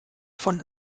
von